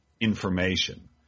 information